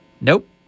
Nope